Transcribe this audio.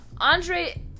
Andre